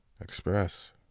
express